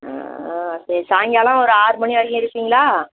ஆ ஆ சரி சாயங்காலம் ஒரு ஆறு மணி வரைக்கும் இருக்கீங்களா